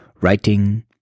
writing